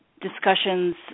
discussions